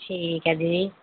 ਠੀਕ ਹੈ ਜੀ